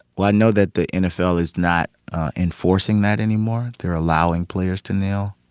well, i know that the nfl is not enforcing that anymore. they're allowing players to kneel.